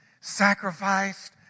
sacrificed